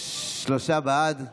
שלושה בעד.